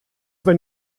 wenn